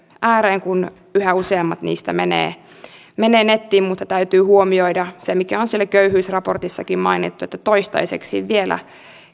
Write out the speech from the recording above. ääreen kun yhä useammat niistä menevät nettiin mutta täytyy huomioida se mikä on siellä köyhyysraportissakin mainittu että toistaiseksi vielä